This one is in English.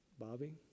Bobby